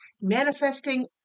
Manifesting